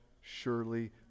surely